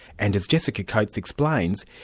and as jessica coates explains,